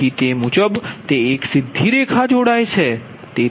8 છે જેથી તે મુજબ તે એક સીધી રેખા જોડાય છે